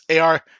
AR